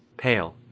pale,